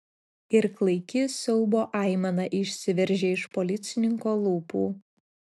ir klaiki siaubo aimana išsiveržė iš policininko lūpų